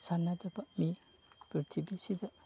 ꯁꯥꯟꯅꯗꯕ ꯃꯤ ꯄ꯭ꯔꯤꯊꯤꯕꯤꯁꯤꯗ